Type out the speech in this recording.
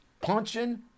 punching